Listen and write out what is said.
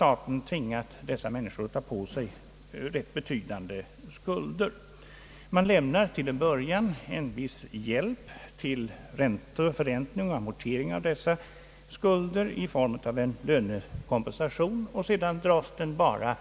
Man lämnar alltså till en början en viss hjälp till förräntning och amortering av dessa skulder i form av en lönekompensation, men sedan drages den antingen bara